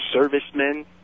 servicemen